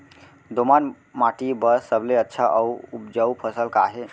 दोमट माटी बर सबले अच्छा अऊ उपजाऊ फसल का हे?